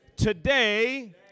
Today